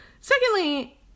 secondly